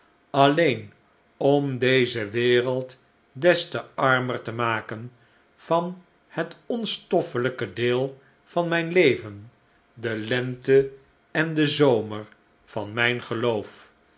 alleen om deze wereld des te armer te maken van het onstoffelijke deel van mijn leven de lente en den zomer van mijn geloof